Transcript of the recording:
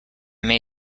may